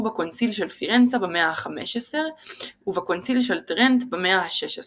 בקונסיל של פירנצה במאה ה-15 ובקונסיל של טרנט במאה ה–16.